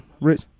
Rich